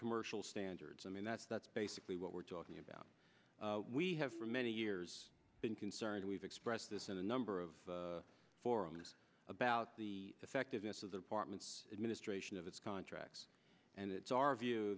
commercial standards i mean that's that's basically what we're talking about we have for many years been concerned we've expressed this in a number of forums about the effectiveness of their part ment's administration of its contracts and it's our view